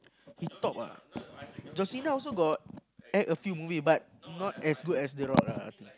he top ah John-Cena also got act a few movie but not as good as the rock ah I think